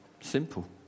Simple